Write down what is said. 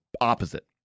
opposite